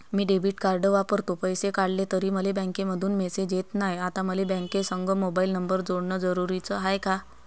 मी debit card वापरतो, पैसे काढले तरी मले बँकेमंधून मेसेज येत नाय, आता मले बँकेसंग मोबाईल नंबर जोडन जरुरीच हाय का?